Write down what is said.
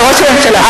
לראש הממשלה,